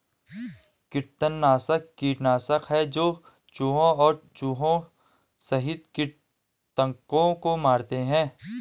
कृंतकनाशक कीटनाशक है जो चूहों और चूहों सहित कृन्तकों को मारते है